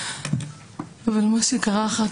מה שקרה אחר כך,